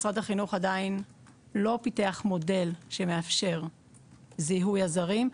משרד החינוך עדיין לא פיתח מודל שמאפשר זיהוי הזרים.